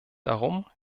darum